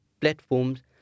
platforms